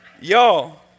Y'all